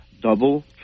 double